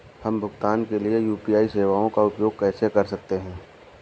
हम भुगतान के लिए यू.पी.आई सेवाओं का उपयोग कैसे कर सकते हैं?